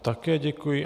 Také děkuji.